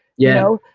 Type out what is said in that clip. yeah.